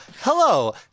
Hello